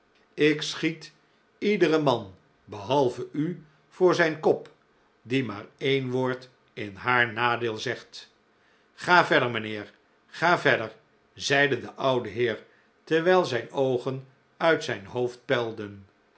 ik schiet icdcrcn man bchalvc u voor zijn kop die maar een woord in haar nadccl zegt ga verder mijnheer ga vcrdcr zcide dc oudc hccr tcrwijl zijn oogcn uit zijn hoofd puildcn